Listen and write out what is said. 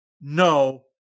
No